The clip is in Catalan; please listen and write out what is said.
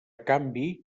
canvi